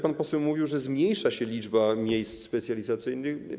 Pan poseł mówił, że zmniejsza się liczba miejsc specjalizacyjnych.